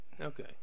Okay